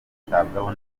yitabwaho